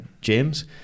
James